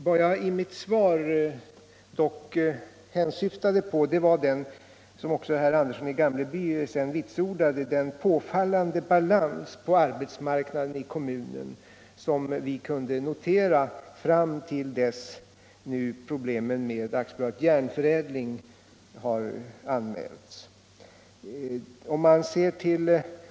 Vad jag i mitt svar dock hänsyftade på var — som också herr Andersson i Gamleby sedan vitsordade — den påfallande balans på arbetsmarknaden i kommunen som vi kunde notera fram till dess att problemen med AB Järnförädling nu har anmälts.